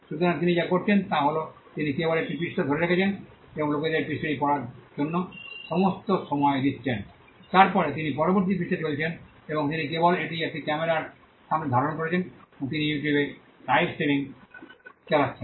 সুতরাং তিনি যা করছেন তা হল তিনি কেবল একটি পৃষ্ঠা ধরে রেখেছেন এবং লোকদের পৃষ্ঠাটি পড়ার জন্য পর্যাপ্ত সময় দিচ্ছেন তারপরে তিনি পরবর্তী পৃষ্ঠায় চলেছেন এবং তিনি কেবল এটি একটি ক্যামেরার সামনে ধারণ করছেন এবং তিনি ইউটিউবে লিভস্ট্রামিং চালাচ্ছেন